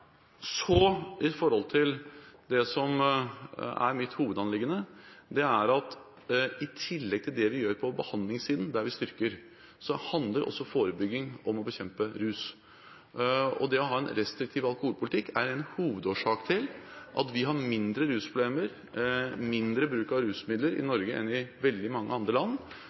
det som er mitt hovedanliggende: I tillegg til det vi gjør på behandlingssiden, som vi styrker, så handler også forebygging om å bekjempe rus. Og det at vi har en restriktiv alkoholpolitikk er en hovedårsak til at vi har mindre rusproblemer, mindre bruk av rusmidler i Norge enn i veldig mange andre land.